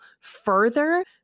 further